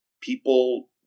people